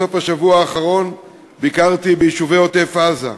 בסוף השבוע האחרון ביקרתי ביישובי עוטף-עזה.